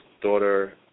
daughter